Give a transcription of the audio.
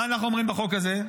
מה אנחנו אומרים בחוק הזה?